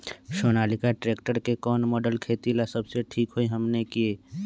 Sonalika tractor के कौन model खेती ला सबसे ठीक होई हमने की?